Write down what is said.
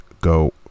go